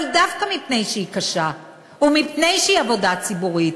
אבל דווקא מפני שהיא קשה ומפני שהיא עבודה ציבורית,